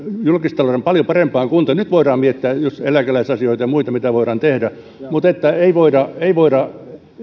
julkistalouden paljon parempaan kuntoon ja nyt voidaan miettiä just eläkeläisasioita ja muita mitä voidaan tehdä mutta ei voida ei voida